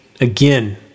Again